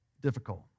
difficult